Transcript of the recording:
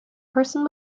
person